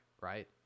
right